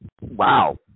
wow